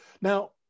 Now